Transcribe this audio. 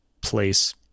place